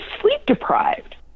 sleep-deprived